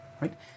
Right